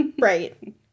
Right